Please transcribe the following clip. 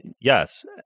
yes